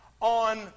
on